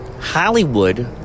Hollywood